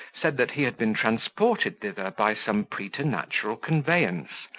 said, that he had been transported thither by some preternatural conveyance,